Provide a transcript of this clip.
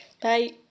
Bye